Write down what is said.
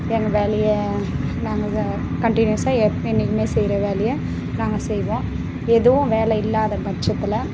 எங்கள் வேலையை நாங்கள் ச கன்டினியூஸாக எப் என்னைக்குமே செய்யிற வேலையை நாங்கள் செய்வோம் எதுவும் வேலை இல்லாதப்பட்சத்தில்